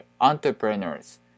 entrepreneurs